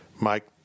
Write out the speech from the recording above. Mike